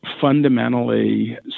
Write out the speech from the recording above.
fundamentally